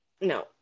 No